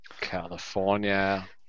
California